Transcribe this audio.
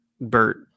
Bert